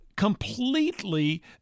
completely